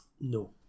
No